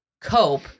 cope